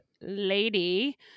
lady